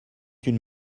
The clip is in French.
une